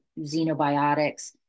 xenobiotics